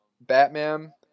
Batman